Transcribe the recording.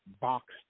boxed